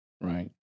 Right